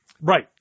Right